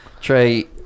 Trey